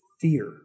fear